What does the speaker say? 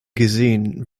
gesehen